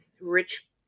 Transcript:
rich